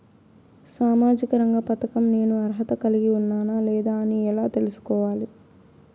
సామాజిక రంగ పథకం నేను అర్హత కలిగి ఉన్నానా లేదా అని ఎలా తెల్సుకోవాలి?